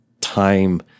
time